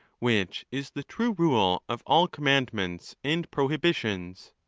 which is the true rule of all commandments and prohibitions.